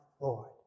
Lord